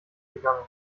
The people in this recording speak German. gegangen